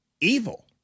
evil